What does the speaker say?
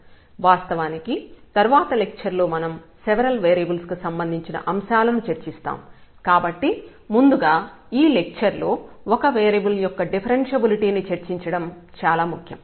వాస్తవానికి తర్వాత లెక్చర్ లో మనం సెవరల్ వేరియబుల్స్ కి సంబంధించిన అంశాలను చర్చిస్తాం కాబట్టి ముందుగా ఈ లెక్చర్ లో ఒక వేరియబుల్ యొక్క డిఫరెన్ష్యబిలిటీ ని చర్చించడం చాలా ముఖ్యం